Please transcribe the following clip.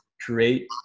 create